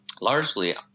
largely